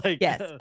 Yes